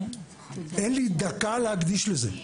אין לי דקה להקדיש לזה.